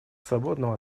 свободного